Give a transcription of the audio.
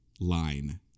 line